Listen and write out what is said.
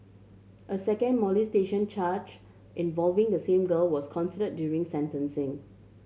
a second molestation charge involving the same girl was consider during sentencing